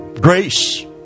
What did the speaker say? Grace